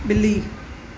ॿिली